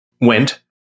went